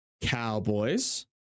Cowboys